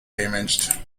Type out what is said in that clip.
damaged